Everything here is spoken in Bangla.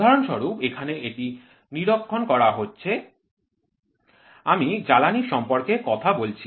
উদাহরণস্বরূপ এখানে এটি নিরীক্ষণ করা হচ্ছে আমি আপনাকে জ্বালানীর সম্পর্কে কথা বলছি